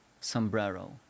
sombrero